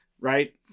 Right